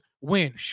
win